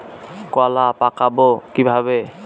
কলা পাকাবো কিভাবে?